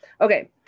Okay